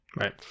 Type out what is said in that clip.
right